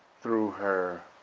through her,